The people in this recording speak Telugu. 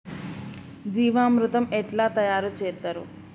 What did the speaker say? జీవామృతం ఎట్లా తయారు చేత్తరు?